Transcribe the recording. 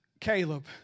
Caleb